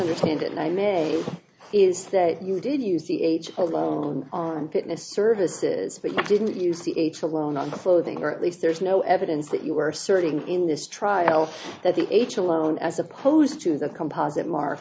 absolutely and i may is that you didn't use the age alone on business services but you didn't use the it's a loan on clothing or at least there's no evidence that you were asserting in this trial that the h alone as opposed to the composite mar